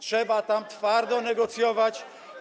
Trzeba tam twardo negocjować.